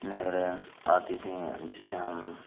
नहरें आती थी जैसे हम